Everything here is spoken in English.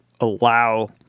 allow